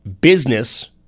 business